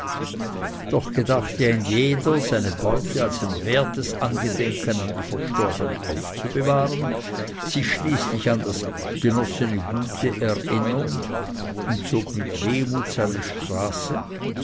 doch gedachte ein jeder seine beute als ein wertes angedenken an die verstorbene aufzubewahren sich schließlich an das genossene gute erinnernd und zog mit wehmut seine straße